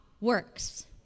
works